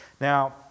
Now